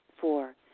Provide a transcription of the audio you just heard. Four